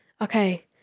Okay